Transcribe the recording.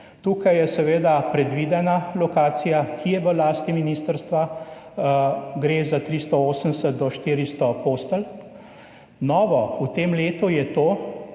Tukaj je seveda predvidena lokacija, ki je v lasti ministrstva. Gre za 380 do 400 postelj. Novo v tem letu je to,